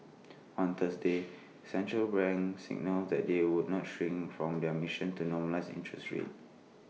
on Thursday central banks signalled that they would not shirk from their missions to normalise interest rates